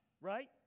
right